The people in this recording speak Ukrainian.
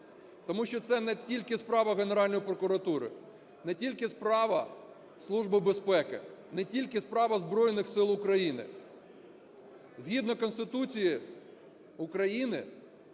Тому що це не тільки справа Генеральної прокуратури, не тільки справа Служби безпеки, не тільки справа Збройних Сил України. Згідно Конституції України